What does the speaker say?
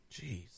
Jeez